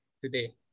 today